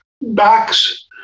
backs